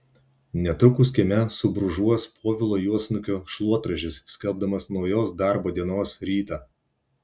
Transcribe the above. netrukus kieme subrūžuos povilo juodsnukio šluotražis skelbdamas naujos darbo dienos rytą